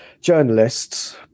journalists